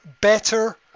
better